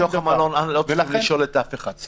בתוך המלון לא צריכים לשאול אף אחד.